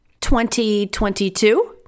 2022